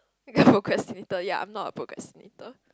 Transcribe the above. procrastinator ya I'm not a procrastinator